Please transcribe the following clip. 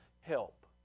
help